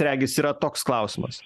regis yra toks klausimas